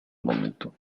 momento